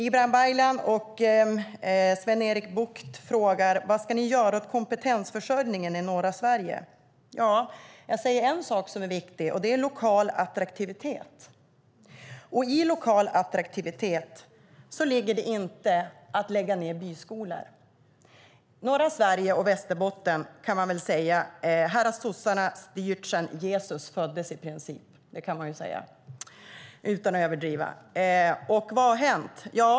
Ibrahim Baylan och Sven-Erik Bucht frågar vad vi ska göra åt kompetensförsörjningen i norra Sverige. En viktig sak är lokal attraktivitet. I lokal attraktivitet ligger inte att lägga ned byskolor. I norra Sverige och Västerbotten har sossarna styrt i princip sedan Jesus föddes, och vad har hänt?